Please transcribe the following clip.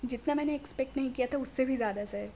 جتنا میں نے ایکسپیکٹ نہیں کیا تھا اس سے بھی زیادہ سر